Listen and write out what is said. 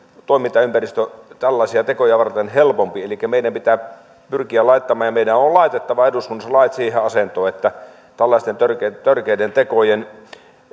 toimintaympäristö tällaisia tekoja varten helpompi meidän pitää pyrkiä laittamaan ja meidän on laitettava eduskunnassa lait siihen asentoon että tällaisten törkeiden törkeiden tekojen